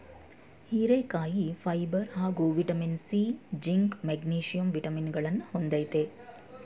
ಹೀರೆಕಾಯಿಲಿ ಫೈಬರ್ ಹಾಗೂ vitamin C, zinc, magnesium ವಿಟಮಿನಗಳನ್ನ ಹೊಂದಯ್ತೆ